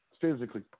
Physically